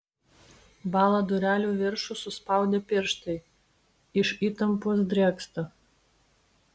bąla durelių viršų suspaudę pirštai iš įtampos drėgsta